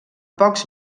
pocs